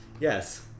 Yes